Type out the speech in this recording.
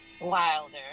wilder